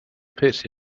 pit